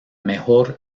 mejor